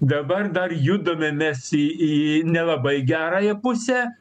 dabar dar judame mes į į nelabai gerąją pusę